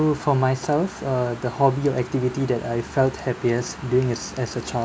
for myself err the hobby or activity that I felt happiest doing is as a child